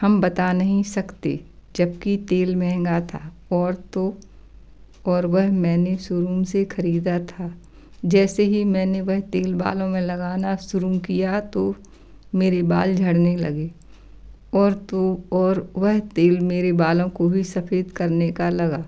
हम बता नहीं सकते जब कि तेल महेंगा था और तो और वह मैंने सोरूम से ख़रीदा था जैसे ही मैंने वह तेल बालों में लगाना शुरू किया तो मेरे बाल झड़ने लगे और तो और वह तेल मेरे बालों को भी सफ़ेद करने का लगा